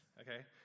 okay